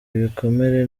ibikomere